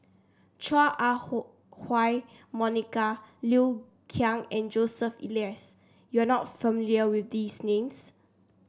Chua Ah Huwa Monica Liu Kang and Joseph Elias you are not familiar with these names